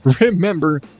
Remember